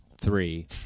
three